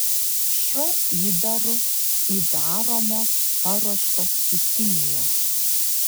šiuo įdaru įdaromos paruoštos cukinijos